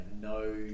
no